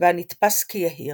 והנתפס כיהיר,